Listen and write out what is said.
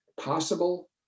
possible